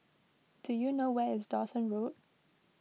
do you know where is Dawson Road